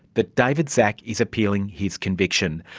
that david szach is appealing his conviction.